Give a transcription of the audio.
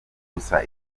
gusa